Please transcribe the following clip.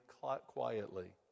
quietly